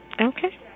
Okay